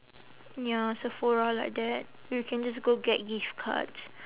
ya sephora like that you can just go get gift cards